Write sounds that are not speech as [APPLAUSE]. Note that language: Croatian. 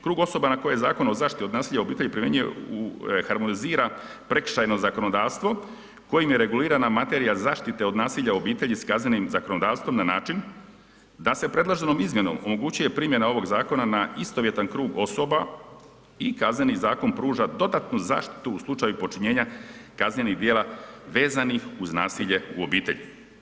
Krug osoba na koje je Zakon o zaštiti od nasilja u obitelji ... [UNINTELLIGIBLE] harmonizira prekršajno zakonodavstvo kojim je regulirana materija zaštite od nasilja u obitelji s kaznenom zakonodavstvom na način da se predloženom izmjenom omogućuje primjena ovog zakona na istovjetan krug osoba i Kazneni zakon pruža dodatnu zaštitu u slučaju počinjenja kaznenih djela vezanih uz nasilje u obitelji.